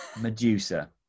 Medusa